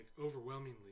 overwhelmingly